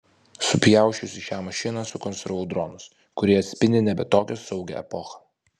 supjausčiusi šią mašiną sukonstravau dronus kurie atspindi nebe tokią saugią epochą